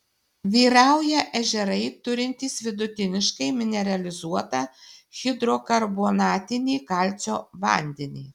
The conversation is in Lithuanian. vyrauja ežerai turintys vidutiniškai mineralizuotą hidrokarbonatinį kalcio vandenį